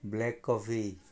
black coffee